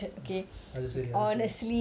honestly honestly